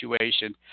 situation